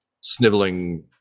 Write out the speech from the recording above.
sniveling